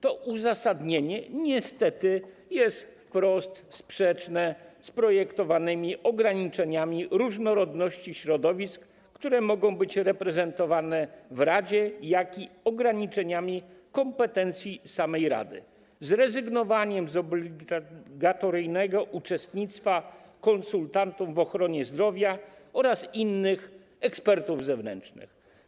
To uzasadnienie niestety jest wprost sprzeczne zarówno z projektowanymi ograniczeniami, jeśli chodzi o różnorodność środowisk, które mogą być reprezentowane w radzie, jak i z ograniczeniami kompetencji samej rady, tj. rezygnacją z obligatoryjnego uczestnictwa konsultantów w ochronie zdrowia oraz innych ekspertów zewnętrznych.